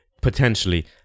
potentially